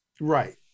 Right